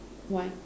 why